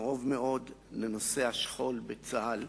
קרוב מאוד לנושא השכול בצה"ל,